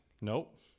Nope